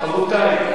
רבותי.